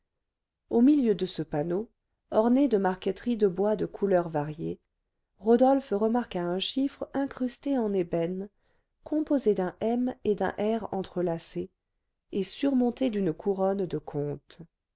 au milieu de ce panneau orné de marqueterie de bois de couleurs variées rodolphe remarqua un chiffre incrusté en ébène composé d'un m et d'un r entrelacés et surmonté d'une couronne de comte